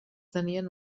tenien